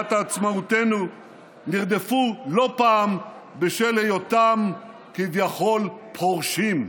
להשגת עצמאותנו ונרדפו לא פעם בשל היותם כביכול פורשים.